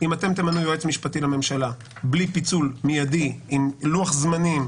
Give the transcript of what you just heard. אם אתם תמנו יועץ משפטי לממשלה בלי פיצול מיידי עם לוח זמנים,